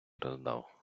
роздав